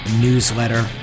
newsletter